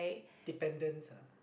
dependence ah